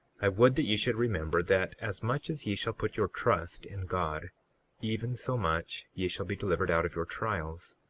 i would that ye should remember, that as much as ye shall put your trust in god even so much ye shall be delivered out of your trials,